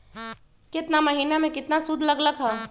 केतना महीना में कितना शुध लग लक ह?